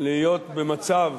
להיות במצב